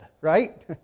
right